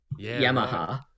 Yamaha